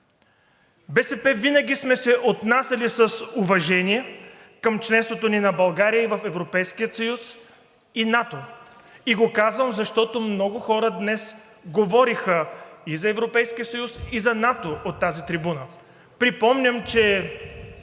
БСП винаги сме се отнасяли с уважение към членството на България в Европейския съюз и НАТО, и го казвам, защото много хора днес говориха и за Европейския съюз, и за НАТО от тази трибуна. Припомням, че